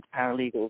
paralegals